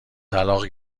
طلاق